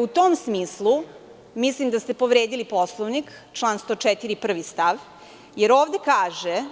U tom smislu mislim da ste povredili Poslovnik član 104. prvi stav, jer ovde kaže